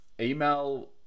email